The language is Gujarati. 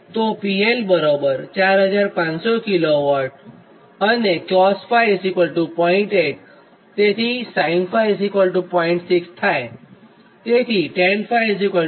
તો PL 4500 કિલોવોટ અને cos𝜑 0